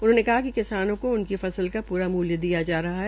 उन्होंने कहा कि किसानों को उनकी फसल का पूरा मूल्य दिया जा रहा है